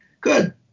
good